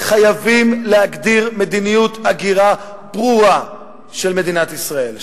חייבים להגדיר מדיניות הגירה ברורה של מדינת ישראל,